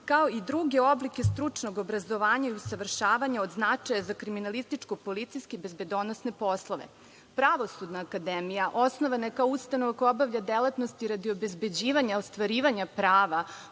kao i druge oblike stručnog obrazovanja i usavršavanja od značaja za kriminalističko policijske bezbedonosne poslove. Pravosudna akademija osnovana je kao ustanova koja obavlja delatnosti radi obezbeđivanja ostvarivanja prava